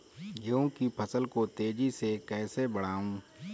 गेहूँ की फसल को तेजी से कैसे बढ़ाऊँ?